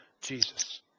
Jesus